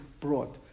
brought